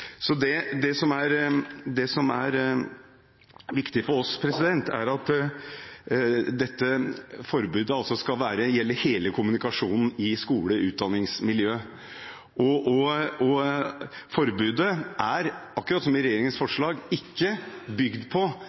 Det som er viktig for oss, er at dette forbudet skal gjelde all kommunikasjon i skole- og utdanningsmiljøet. Forbudet er, akkurat som i regjeringens forslag, ikke bygd på